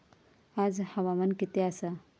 आज हवामान किती आसा?